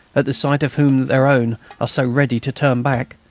at the sight of whom their own are so ready to turn back,